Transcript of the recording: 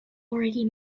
already